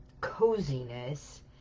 coziness